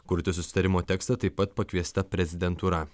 kurti susitarimo tekstą taip pat pakviesta prezidentūra